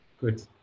Good